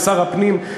לשר הפנים,